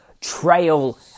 trail